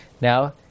Now